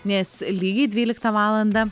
nes lygiai dvyliktą valandą